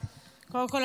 קודם כול,